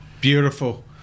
beautiful